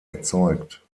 erzeugt